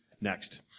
Next